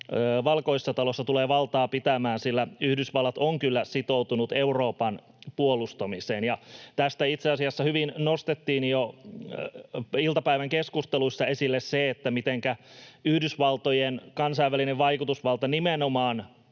Valkoisessa talossa tulee valtaa pitämään, sillä Yhdysvallat on kyllä sitoutunut Euroopan puolustamiseen. Tästä itse asiassa hyvin nostettiin jo iltapäivän keskusteluissa esille se, mitenkä Yhdysvaltojen kansainvälinen vaikutusvalta nimenomaan